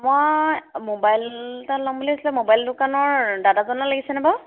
মই মোবাইল এটা ল'ম বুলি আছিলে মোবাইল দোকানৰ দাদাজনত লাগিছেনে বাৰু